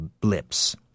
blips